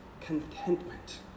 contentment